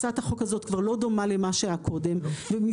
הצעת החוק הזאת כבר לא דומה למה שהיה קודם ומזמן